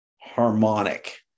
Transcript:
harmonic